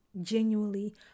genuinely